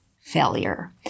failure